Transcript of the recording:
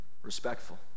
respectful